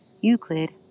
Euclid